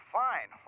fine